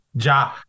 ja